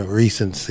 recent